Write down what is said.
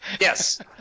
Yes